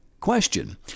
question